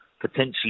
potentially